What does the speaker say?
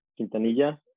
Quintanilla